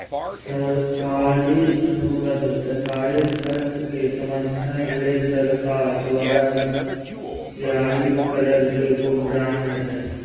सरकारी अनुबंध सरकारी खर्च के समर्थन ले सरकार द्वारा जारी करल एगो बांड हय